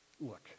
Look